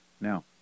Now